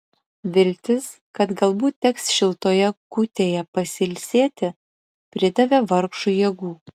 viltis kad galbūt teks šiltoje kūtėje pasilsėti pridavė vargšui jėgų